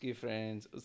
friends